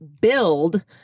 build